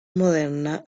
moderna